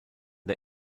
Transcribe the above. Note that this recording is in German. der